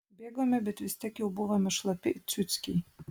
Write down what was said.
bėgome bet vis tiek jau buvome šlapi it ciuckiai